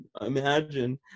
imagine